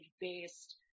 based